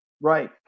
Right